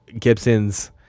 Gibson's